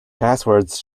passwords